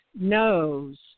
knows